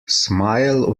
smile